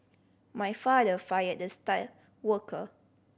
my father fired the star worker